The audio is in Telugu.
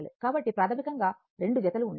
కాబట్టి ప్రాథమికంగా రెండు జతలు ఉండాలి